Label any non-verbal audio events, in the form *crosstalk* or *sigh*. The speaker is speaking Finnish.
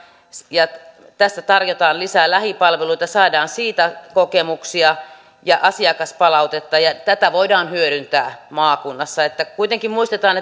ja tässä tarjotaan lisää lähipalveluita saadaan siitä kokemuksia ja asiakaspalautetta ja tätä voidaan hyödyntää maakunnassa kuitenkin muistetaan *unintelligible*